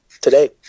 today